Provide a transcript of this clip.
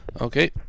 Okay